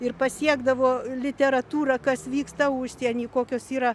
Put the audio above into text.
ir pasiekdavo literatūrą kas vyksta užsienyj kokios yra